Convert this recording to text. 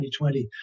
2020